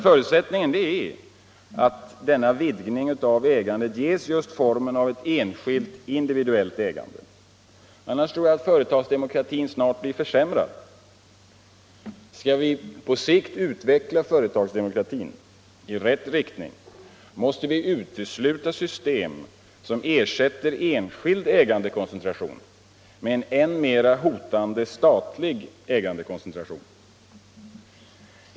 Förutsättningen är dock att denna vidgning av ägandet ges formen av ett enskilt, individuellt ägande. Annars tror jag att företagsdemokratin snart blir försämrad. Skall vi på sikt utveckla företagsdemokratin i rätt riktning måste vi utesluta system som ersätter enskild ägandekoncentration med en än mer hotande statlig ägandekoncentration.